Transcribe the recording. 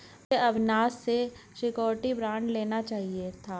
मुझे अविनाश से surety bond ले लेना चाहिए था